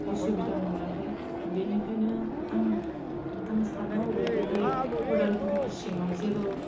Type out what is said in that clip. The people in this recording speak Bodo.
असुबिदा मोनाखै बेनिखायनो आं आं सानो आरो बेबायदि अदालगुरिनि सिङाव जेबो